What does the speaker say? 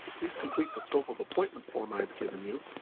please complete the scope of appointments form i have given you,